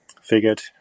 figured